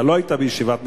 אתה לא היית בישיבת נשיאות,